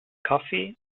kaffee